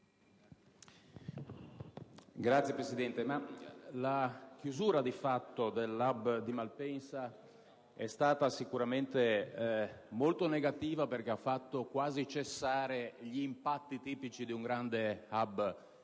la chiusura di fatto dell'*hub* di Malpensa è stata sicuramente molto negativa, perché ha fatto quasi cessare gli impatti tipici di un grande *hub*